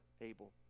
Abel